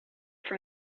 from